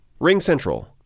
RingCentral